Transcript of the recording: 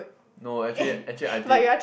no actually actually I did